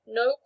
no